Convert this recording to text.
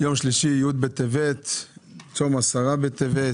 יום שלישי, י' בטבת, צום י' בטבת